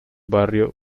barrio